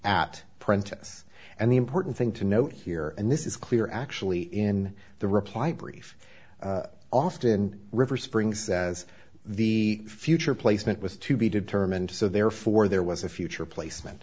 at princess and the important thing to note here and this is clear actually in the reply brief often river springs says the future placement was to be determined so therefore there was a future placement